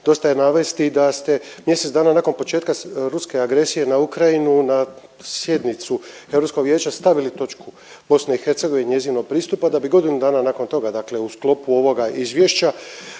Dosta je navesti da ste mjesec dana nakon početka ruske agresije na Ukrajinu na sjedinu Europskog vijeća stavili točku BiH i njezinog pristupa da bi godinu dana nakon toga, dakle u sklopu ovoga izvješća